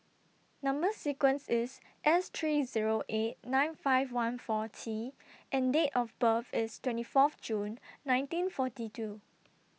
Number sequence IS S three Zero eight nine five one four T and Date of birth IS twenty Fourth June nineteen forty two